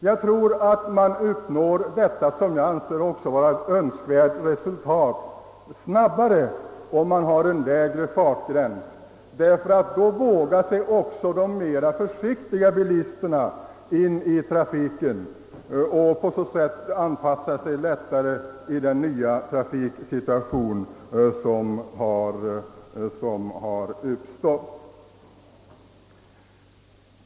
Jag tror att man uppnår detta — som jag också anser vara Önskvärt — snabbare om man har en lägre fartgräns; då vågar sig också de mer försiktiga bilisterna ut i trafiken och anpassar sig på så sätt lättare till den nya trafiksituation som har uppstått.